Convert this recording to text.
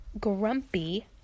grumpy